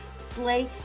slay